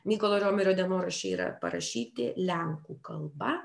mykolo riomerio dienoraščiai yra parašyti lenkų kalba